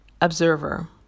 observer